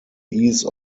ease